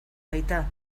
baita